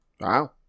Wow